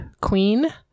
queen